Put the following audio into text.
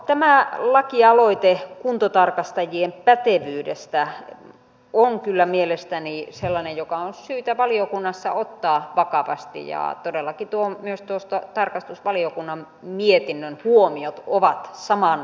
tämä lakialoite kuntotarkastajien pätevyydestä on kyllä mielestäni sellainen joka on syytä valiokunnassa ottaa vakavasti ja myös tarkastusvaliokunnan mietinnön huomiot todellakin ovat samansuuntaiset